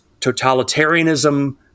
totalitarianism